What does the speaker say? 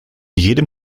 jedem